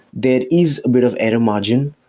there is a bit of error margin.